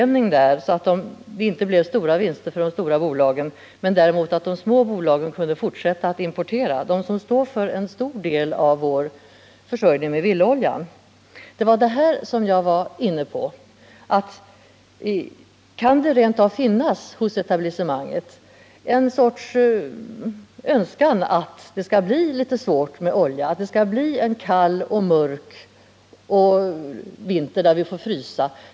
Man åstadkom på det sättet en utjämning, så att de stora bolagen inte fick några stora vinster men de små bolagen, som står för en stor del av vår försörjning med villaolja, kunde fortsätta att importera. Det var detta jag talade om på Dramaten. Kan det rent av hos etablissemanget finnas ett slags önskan att det skall bli litet svårt med oljan, att det skall bli en kall och mörk vinter då vi får frysa?